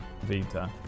Vita